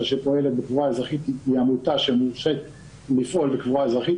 שפועלת בקבורה אזרחית היא עמותה שמורשת לפעול בקבורה אזרחית.